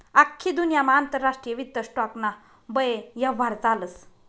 आख्खी दुन्यामा आंतरराष्ट्रीय वित्त स्टॉक ना बये यव्हार चालस